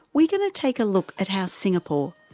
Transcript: we're going to take a look at how singapore,